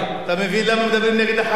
אתה מבין למה מדברים נגד החרדים?